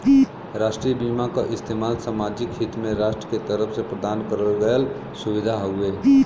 राष्ट्रीय बीमा क इस्तेमाल सामाजिक हित में राष्ट्र के तरफ से प्रदान करल गयल सुविधा हउवे